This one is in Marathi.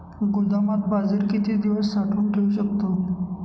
गोदामात बाजरी किती दिवस साठवून ठेवू शकतो?